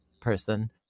person